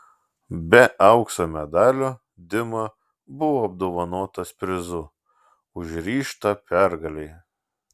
be aukso medalio dima buvo apdovanotas prizu už ryžtą pergalei